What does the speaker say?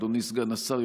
אדוני סגן השר,